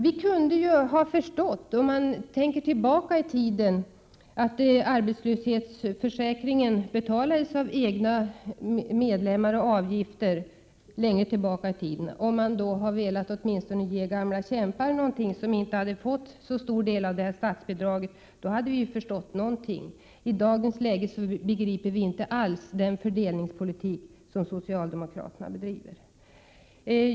Om det hade gällt förhållandena långt tillbaka i tiden då arbetslöshetsförsäkringen betalades av egna medlemmar och avgifter och man då hade velat ge någonting åtminstone till gamla kämpar som inte hade fått så stor del av statsbidraget, då hade vi förstått någonting. I dagens läge begriper vi inte alls den fördelningspolitik som socialdemokraterna bedriver.